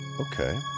Okay